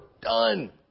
done